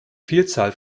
vielzahl